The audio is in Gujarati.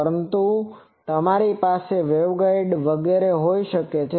પરંતુ તમારી પાસે પણ તે વેગગાઇડ્સ વગેરે હોઈ સકે છે